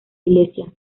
silesia